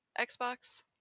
Xbox